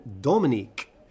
Dominique